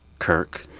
kirk